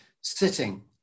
sitting